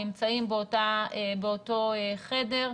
נמצאים באותו חדר.